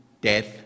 death